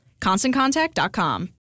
ConstantContact.com